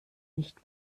nicht